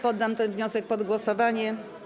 Poddam ten wniosek pod głosowanie.